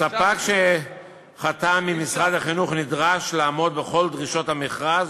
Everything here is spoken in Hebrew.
הספק שחתם עם משרד החינוך נדרש לעמוד בכל דרישות המכרז,